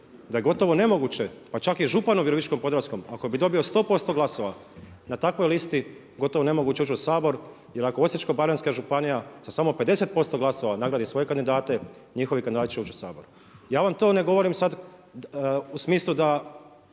da je gotovo nemoguće pa čak i županu Virovitičko-podravskom ako bi dobio 100% glasova na takvoj listi gotovo nemoguće ući u Sabor jer ako Osječko-baranjska županija sa samo 50% glasova nagradi svoje kandidate njihovi kandidati će ući u Sabor. Ja vam to ne govorim sad u smislu da